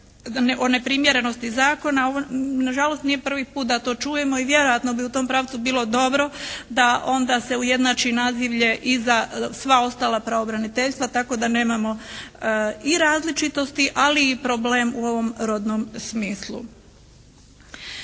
o neprimjerenosti zakona na žalost nije prvi put da to čujemo i vjerojatno bi u tom pravcu bilo dobro da onda se ujednači nazivlje i za sva ostala pravobraniteljstva tako da nemamo i različitosti, ali i problem u ovom rodnom smislu.